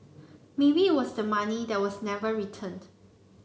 maybe it was the money that was never returned